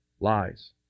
lies